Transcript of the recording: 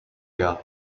der